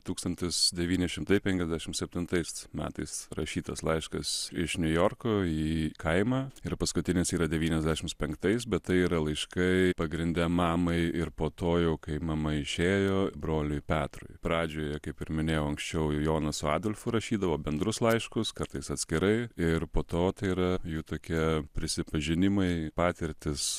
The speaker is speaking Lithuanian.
tūkstantis devyni šimtai penkiasdešimt septintais metais rašytas laiškas iš niujorko į kaimą ir paskutinis yra devyniasdešimt penktais bet tai yra laiškai pagrinde mamai ir po to jau kai mama išėjo broliui petrui pradžioje kaip ir minėjau anksčiau jonas su adolfu rašydavo bendrus laiškus kartais atskirai ir po to tai yra jų tokie prisipažinimai patirtys